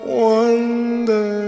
wonder